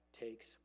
takes